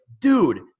dude